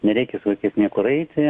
nereikia su vaikais niekur eiti